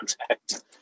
contact